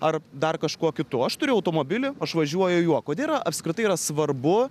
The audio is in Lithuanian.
ar dar kažkuo kitu aš turiu automobilį aš važiuoju juo kodėl yra apskritai yra svarbu